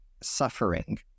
Suffering